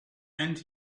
and